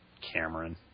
Cameron